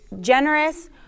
generous